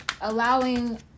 allowing